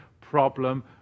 Problem